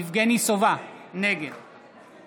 יבגני סובה, נגד